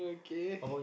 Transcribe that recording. okay